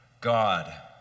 God